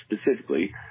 specifically